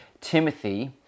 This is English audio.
Timothy